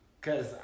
Cause